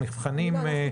המבחנים הם מבחנים אחרים?